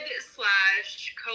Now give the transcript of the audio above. slash